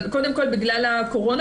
קודם כול בגלל הקורונה.